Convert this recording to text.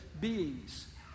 beings